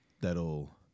that'll